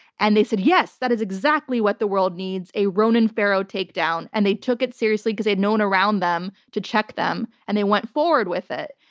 and they said, yes, that is exactly what the world needs. a ronan farrow takedown. and they took it seriously because they had no one around them to check them and they went forward with it.